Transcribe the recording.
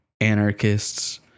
anarchists